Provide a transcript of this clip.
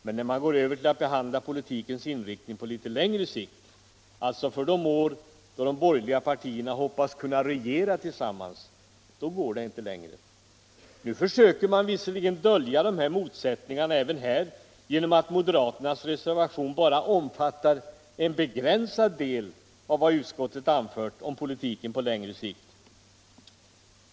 Men när man går över till att behandla politikens inriktning på litet längre sikt, alltså för de år då de borgerliga partierna hoppas kunna regera tillsammans, då går det inte längre. Nu försöker man visserligen dölja motsättningarna även här, genom att moderaternas reservation bara omfattar en begränsad del av vad utskottet anför om politiken på längre sikt.